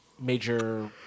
Major